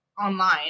online